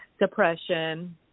depression